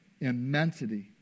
immensity